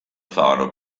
faro